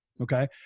Okay